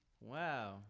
wow